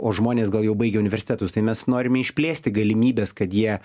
o žmonės gal jau baigė universitetus tai mes norime išplėsti galimybes kad jie